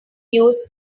use